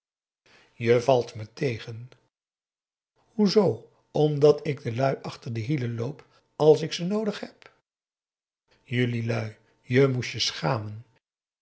je valt me tegen hoezoo omdat ik de lui achter de hielen loop als ik ze noodig heb zulke lui je moest je schamen